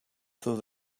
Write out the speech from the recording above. through